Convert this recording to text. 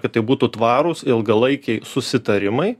kad tai būtų tvarūs ilgalaikiai susitarimai